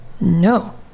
no